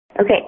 Okay